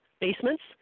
basements